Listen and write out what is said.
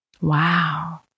Wow